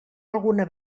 alguna